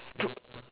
put